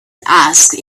asked